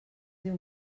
diu